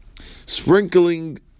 sprinkling